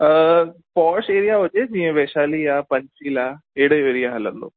अ posh area हुजे जीअं वैशाली आहे पंचशील आहे अहिड़े एरिया हलंदो